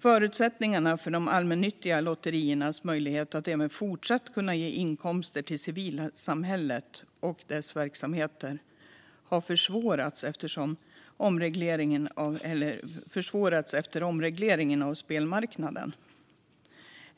Förutsättningarna för de allmännyttiga lotteriernas möjligheter att även fortsatt kunna ge inkomster till civilsamhället och dess verksamheter har försvårats efter omregleringen av spelmarknaden.